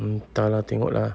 entah lah tengok lah